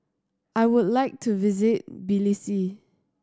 I would like to visit Tbilisi